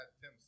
Tim